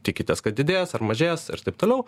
tikitės kad didės ar mažės ir taip toliau